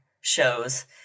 shows